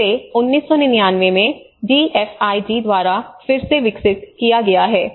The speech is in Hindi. इसे 1999 में डीएफआईडी द्वारा फिर से विकसित किया गया है